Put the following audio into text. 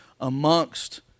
amongst